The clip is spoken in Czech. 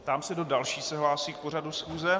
Ptám se, kdo další se hlásí k pořadu schůze.